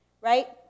right